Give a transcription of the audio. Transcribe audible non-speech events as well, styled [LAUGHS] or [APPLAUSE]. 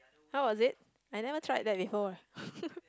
how was it I never try that before [LAUGHS]